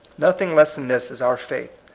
nothing less than this is our faith.